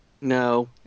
No